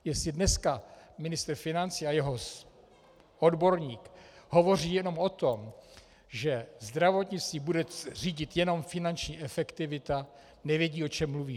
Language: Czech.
Jestli dneska ministr financí a jeho odborník hovoří jenom o tom, že zdravotnictví bude řídit jenom finanční efektivita, nevědí, o čem mluví.